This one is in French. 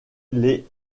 les